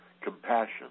compassion